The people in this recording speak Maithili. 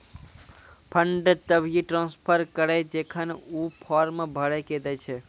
फंड तभिये ट्रांसफर करऽ जेखन ऊ फॉर्म भरऽ के दै छै